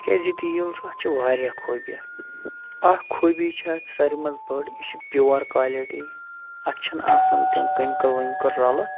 تِکیازِ یہِ تیٖل چھُ اَتھ چھِ واریاہ خوٗبی اکھ خوٗبی چھِ اَتھ ساروی منٛز بٔڑ یہِ چھِ پیور کالِٹی اَتھ چھِنہٕ آسان تِم کمکل وٕمکل رَلہٕ